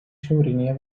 šiaurinėje